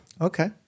Okay